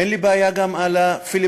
אין לי בעיה גם עם הפיליבסטר.